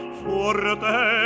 forte